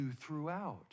throughout